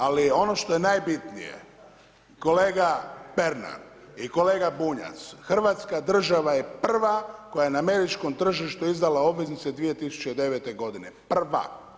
Ali ono što je najbitnije, kolega Pernar i kolega Bunjac, hrvatska država je prva koja je na američkom tržištu izdala obveznice 2009. g. Prva.